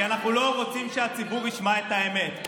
כי אנחנו לא רוצים שהציבור ישמע את האמת".